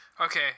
Okay